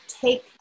take